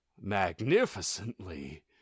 magnificently